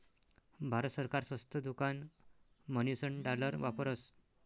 भारत सरकार स्वस्त दुकान म्हणीसन डालर वापरस